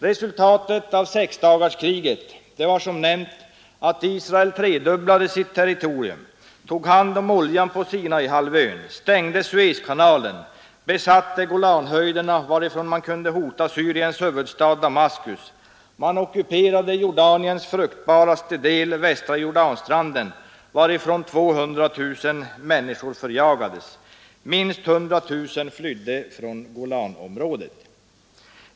Resultatet av sexdagarskriget var, som nämnts, att Israel tredubblade sitt territorium, tog hand om oljan på Sinaihalvön, stängde Suezkanalen, besatte Golanhöjderna, varifrån man kunde hota Syriens huvudstad Damaskus, och ockuperade Jordaniens fruktbaraste del, västra Jordanstranden, varifrån 200 000 människor förjagades. Minst 100 000 människor flydde från Golanområdet.